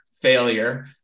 Failure